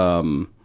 um,